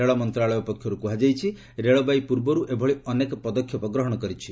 ରେଳମନ୍ତ୍ରଣାଳୟ ପକ୍ଷରୁ କୁହାଯାଇଛି ରେଳବାଇ ପୂର୍ବରୁ ଏଭଳି ଅନେକ ପଦକ୍ଷେପ ଗ୍ରହଣ କରିଛି